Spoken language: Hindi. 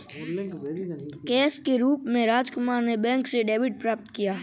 कैश के रूप में राजकुमार ने बैंक से डेबिट प्राप्त किया